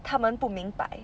他们不明白